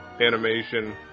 animation